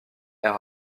air